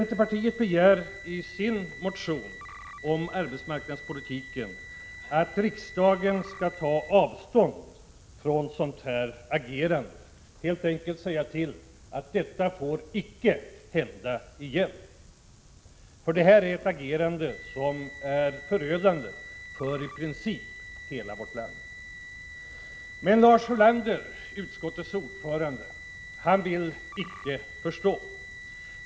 Centerpartiet begär i sin motion om arbetsmarknadspolitiken att riksdagen skall ta avstånd från sådant här agerande och helt enkelt säga till: Detta får icke hända igen. Det är nämligen ett agerande som är förödande för i princip hela vårt land. Men Lars Ulander, utskottets ordförande, vill icke förstå.